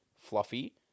Fluffy